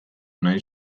nahi